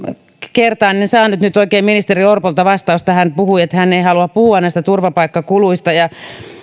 kun en nyt saanut oikein ministeri orpolta vastausta hän puhui ettei hän halua puhua näistä turvapaikkakuluista